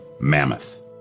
Mammoth